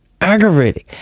aggravating